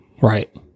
Right